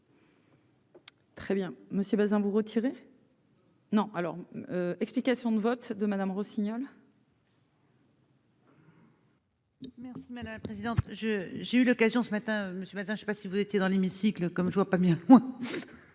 Très bien monsieur Bazin vous retirer. Non, alors, explications de vote de Madame Rossignol. Merci madame la présidente, je j'ai eu l'occasion ce matin monsieur médecin je sais pas si vous étiez dans l'hémicycle comme je vois pas bien